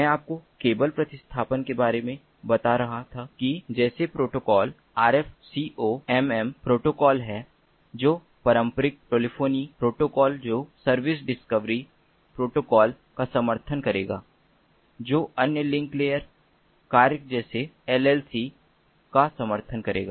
मैं आपको केबल प्रतिस्थापना के बारे में बता रहा था कि जैसे प्रोटोकॉल आरएफसीओएमएम प्रोटोकॉल हैं जो पारंपरिक टेलीफोनी प्रोटोकॉल जो सर्विस डिस्कवरी प्रोटोकॉल का समर्थन करेगा जो अन्य लिंक लेयर कार्य जैसे एलएलसी का समर्थन करेगा